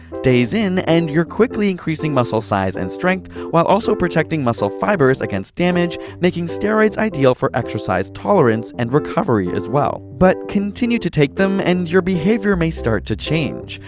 days in and your quickly increasing muscle size and strength, while also protecting muscle fibers against damage, making steroids ideal for exercise tolerance and recovery as well. but continue to take them and your behavior may start to change.